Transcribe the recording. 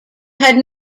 had